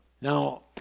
Now